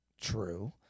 True